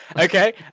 Okay